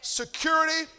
security